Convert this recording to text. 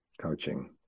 coaching